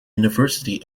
university